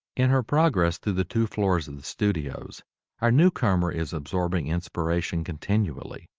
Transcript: in her progress through the two floors of the studios our newcomer is absorbing inspiration continually.